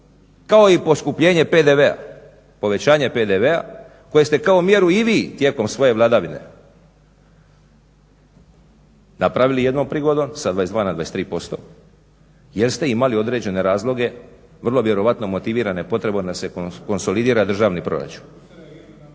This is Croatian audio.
kao i poskupljenje PDV-a, povećanje PDV-a koje ste kao mjeru i vi tijekom svoje vladavine napravili jednom prigodom sa 22 na 23% jer ste imali određene razloga vrlo vjerojatno motivirane potrebom da se konsolidira državni proračun.